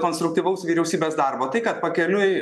konstruktyvaus vyriausybės darbo tai kad pakeliui